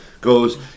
goes